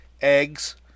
eggs